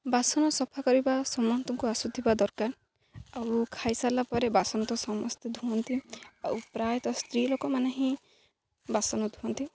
ବାସନ ସଫା କରିବା ସମସ୍ତଙ୍କୁ ଆସୁଥିବା ଦରକାର ଆଉ ଖାଇସାରିଲା ପରେ ବାସନ ତ ସମସ୍ତେ ଧୁଅନ୍ତି ଆଉ ପ୍ରାୟତଃ ସ୍ତ୍ରୀ ଲୋକମାନେ ହିଁ ବାସନ ଧୁଅନ୍ତି